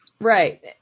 Right